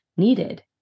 needed